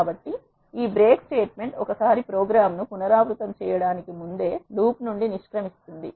కాబట్టి ఈ break statement ఒకసారి ప్రోగ్రామ్ ను పునరావృతం చేయడానికి ముందే లూప్ నుండి నిష్క్రమిస్తుంది